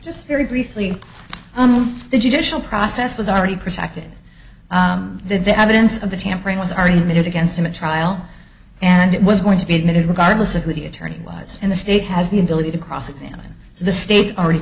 just very briefly the judicial process was already protecting that the evidence of the tampering was argument against him a trial and it was going to be admitted regardless of who the attorney was in the state has the ability to cross examine the states already